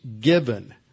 given